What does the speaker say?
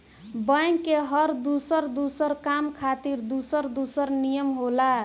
bank के हर दुसर दुसर काम खातिर दुसर दुसर नियम होला